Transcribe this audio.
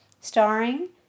Starring